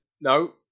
No